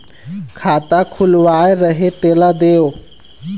खाता खुलवाय रहे तेला देव?